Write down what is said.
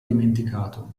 dimenticato